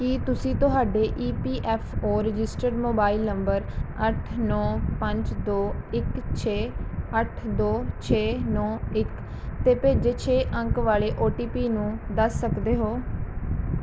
ਕੀ ਤੁਸੀਂ ਤੁਹਾਡੇ E P F O registered mobile number ਅੱਠ ਨੌ ਪੰਜ ਦੋ ਇੱਕ ਛੇ ਅੱਠ ਦੋ ਛੇ ਨੌ ਇੱਕ 'ਤੇ ਭੇਜੇ ਛੇ ਅੰਕ ਵਾਲ਼ੇ ਓ ਟੀ ਪੀ ਨੂੰ ਦੱਸ ਸਕਦੇ ਹੋ